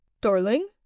Darling